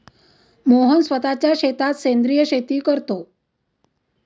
मोहन स्वतःच्या शेतात सेंद्रिय शेती करतो